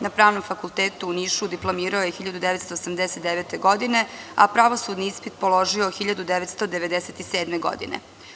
Na Pravnom fakultetu u Nišu diplomirao je 1989. godine, a pravosudni ispit položio 1997. godine.